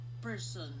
person